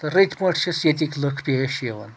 تہٕ رٕتۍ پٲٹھۍ چھِس ییٚتِکۍ لوٗکھ پیش یِوان